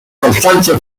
constante